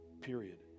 period